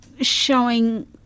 showing